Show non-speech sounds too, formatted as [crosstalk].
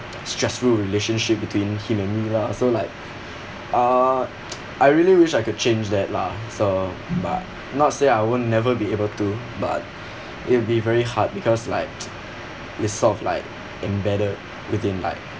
stressful relationship between him and me lah so like uh [noise] I really wish I could change that lah so but not say I would never be able to but it'd be very hard because like [noise] it's sort of like embedded within like